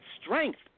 strength